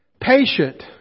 Patient